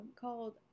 called